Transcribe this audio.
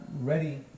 ready